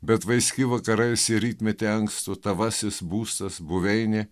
bet vaiski vakarais į rytmetį ankstų tavasis būstas buveinė